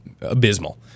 abysmal